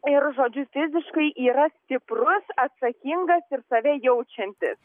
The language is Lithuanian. ir žodžiu fiziškai yra stiprus atsakingas ir save jaučiantis